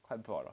quite bored lah